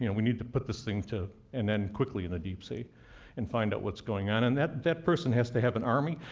and we need to put this thing to an end quickly in the deep sea and find out what's going on. and that that person has to have an army.